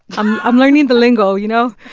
i'm i'm learning the lingo, you know?